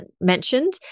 mentioned